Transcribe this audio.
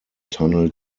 tunnel